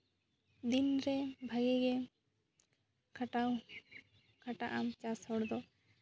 ᱫᱤᱱᱨᱮ ᱵᱷᱟᱜᱮ ᱜᱮ ᱠᱷᱟᱴᱟᱣ ᱠᱷᱟᱴᱟᱜ ᱟᱢ ᱪᱟᱥ ᱦᱚᱲ ᱫᱚ